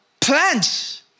plants